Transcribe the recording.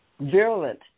virulent